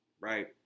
right